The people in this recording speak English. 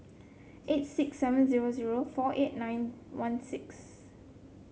eight six seven zero zero four eight nine one six